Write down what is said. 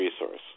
resource